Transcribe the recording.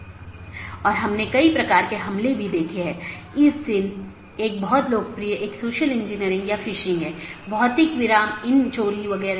जैसा कि हमने पाथ वेक्टर प्रोटोकॉल में चर्चा की है कि चार पथ विशेषता श्रेणियां हैं